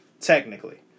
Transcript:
Technically